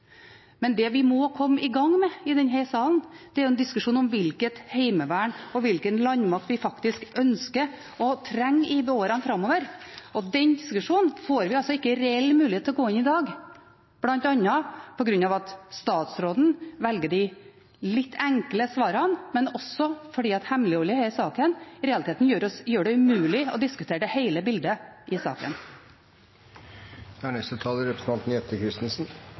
Men vi må komme i gang i denne salen med en diskusjon om hvilket heimevern og hvilken landmakt vi faktisk ønsker og trenger i årene framover. Den diskusjonen får vi ikke reell mulighet til å gå inn i i dag, bl.a. på grunn av at statsråden velger de litt enkle svarene, men også fordi hemmeligholdet i denne saka i realiteten gjør det umulig å diskutere hele bildet i saken. Jeg synes det er